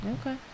Okay